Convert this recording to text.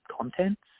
contents